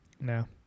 No